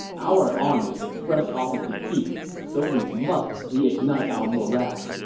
our army is fresh off a defeat, so we must reignite our morale.